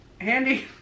Handy